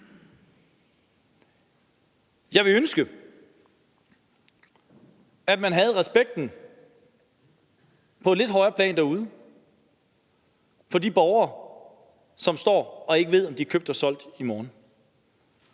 Jeg ville ønske, at man på et lidt højere plan havde respekten for de borgere derude, som står og ikke ved, om de er købt eller solgt i morgen.